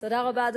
תודה רבה.